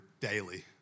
daily